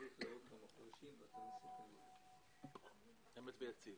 אמת ויציב.